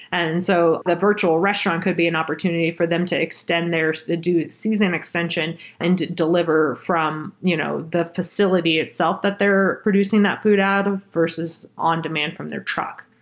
and so the virtual restaurant could be an opportunity for them to extend their so do season extension and deliver from you know the facility itself that they're producing that food ad and versus on-demand from their truck.